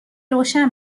روشن